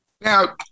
Now